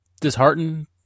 disheartened